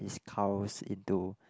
his cows into